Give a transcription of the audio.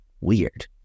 weird